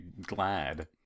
glad